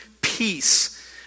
peace